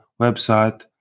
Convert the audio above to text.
website